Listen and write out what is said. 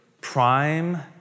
prime